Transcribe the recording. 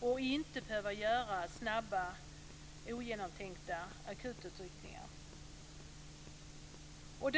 och inte behöva göra snabba, ogenomtänkta akututryckningar.